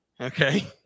okay